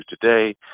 today